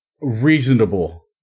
reasonable